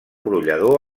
brollador